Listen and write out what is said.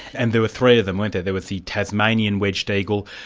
and there were three of them, weren't there? there was the tasmanian wedged eagle,